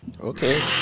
Okay